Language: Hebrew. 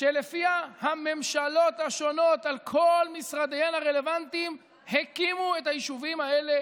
שלפיה הממשלות השונות על כל משרדיהן הרלוונטיים הקימו את היישובים האלה